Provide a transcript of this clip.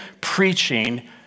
preaching